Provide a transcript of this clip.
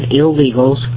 illegals